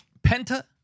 Penta